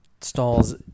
stalls